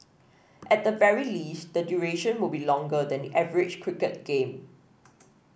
at the very least the duration will be longer than the average cricket game